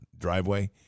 driveway